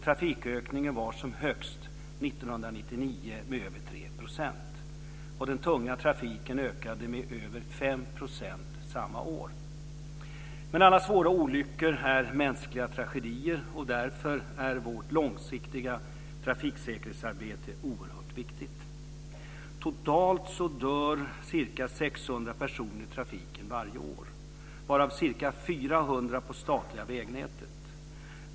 Trafikökningen var som högst 1999 med över 3 %. Den tunga trafiken ökade med över 5 % Men alla svåra olyckor är mänskliga tragedier, och därför är vårt långsiktiga trafiksäkerhetsarbete oerhört viktigt. Totalt dör ca 600 personer i trafiken varje år, varav ca 400 på det statliga vägnätet.